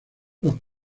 los